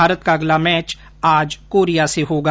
भारत का अगला मैच आज कोरिया से होगा